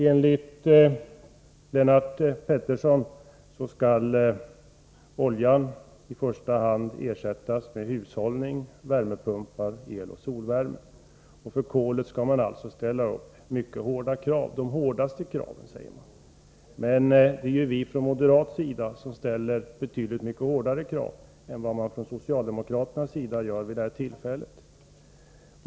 Enligt Lennart Pettersson skall oljan i första hand ersättas med hushållning, värmepumpar samt eloch solvärme. För kolet skall man alltså uppställa de hårdaste kraven. Men det är ju vi moderater som ställer betydligt hårdare krav än vad socialdemokraterna gör vid detta tillfälle.